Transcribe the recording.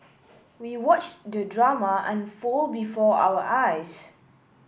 we watched the drama unfold before our eyes